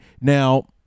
now